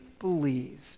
believe